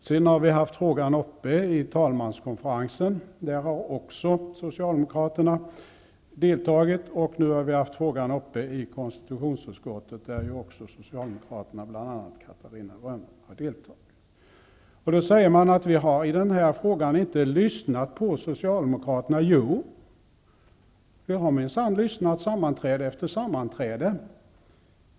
Frågan har varit uppe till diskussion i talmanskonferensen. Socialdemokraterna har deltagit även där. Nu har frågan varit uppe till diskussion i konstitutionsutskottet där Socialdemokraterna med bl.a. Catarina Rönnung också har deltagit. Då säger Socialdemokraterna att vi inte har lyssnat på dem i den här frågan. Jo, vi har minsann lyssnat sammanträde efter sammanträde.